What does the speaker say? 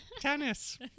Tennis